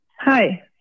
Hi